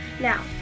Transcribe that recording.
Now